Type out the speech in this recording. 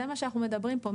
זה מה שאנחנו מדברים פה,